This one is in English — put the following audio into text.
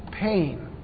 pain